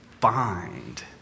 find